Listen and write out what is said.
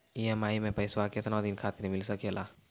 EMI मैं पैसवा केतना दिन खातिर मिल सके ला?